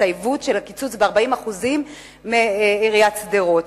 את העיוות של הקיצוץ ב-40% בתקציב עיריית שדרות.